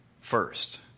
first